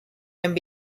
and